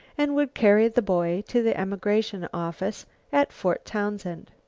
and would carry the boy to the emigration office at fort townsend.